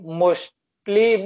mostly